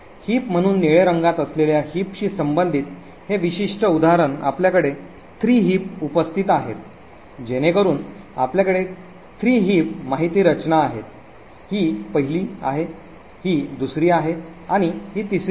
heap म्हणून निळे रंगात असलेल्या हिप शी संबंधित हे विशिष्ट उदाहरण आपल्याकडे 3 हिप उपस्थित आहेत जेणेकरून आपल्याकडे 3 हिप माहिती रचना आहेत ही 1 ली आहे ही 2 री आहे आणि हि 3 री आहे